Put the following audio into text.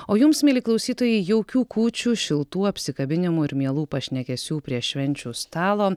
o jums mieli klausytojai jaukių kūčių šiltų apsikabinimų ir mielų pašnekesių prie švenčių stalo